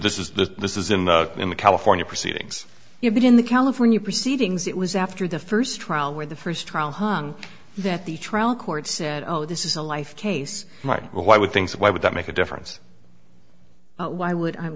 this is the this is in the in the california proceedings here but in the california proceedings it was after the first trial where the first trial hong that the trial court said oh this is a life case might well why would things why would that make a difference why would